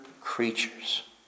creatures